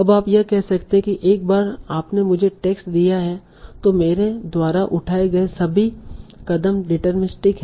अब आप यह कह सकते हैं कि एक बार आपने मुझे टेक्स्ट दिया है तों मेरे द्वारा उठाए गए सभी कदम डीटरमिनिस्टिक हैं